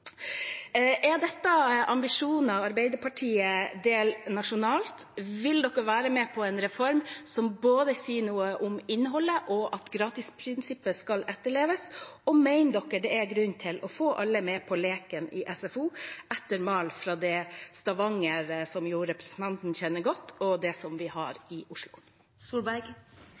Er dette ambisjoner Arbeiderpartiet deler nasjonalt? Vil Arbeiderpartiet være med på en reform som både sier noe om innholdet og om at gratisprinsippet skal etterleves, og mener de det er grunn til å få alle med på leken i SFO, etter mal fra Stavanger, som representanten jo kjenner godt, og det vi har i Oslo?